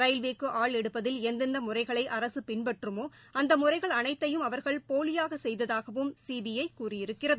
ரயில்வேக்கு ஆள் எடுப்பதில் எந்தெந்த முறைகளை அரசு பின்பற்றுமோ அந்த முறைகள் அனைத்தையும் அவர்கள் போலியாக செய்ததாகவும் சிபிஐ கூறியிருக்கிறது